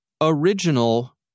original